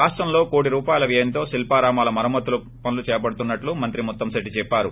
రాష్టంలో కోటి రూపాయల వ్యయంతో శిల్పారామాల మరమ్మతు పనులు చేపడుతున్నట్లు మంత్రి ముత్తంశెట్టి చెప్పారు